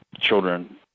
children